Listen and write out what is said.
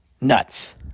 nuts